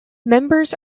members